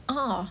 uh uh